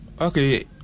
okay